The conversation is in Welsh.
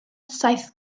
saith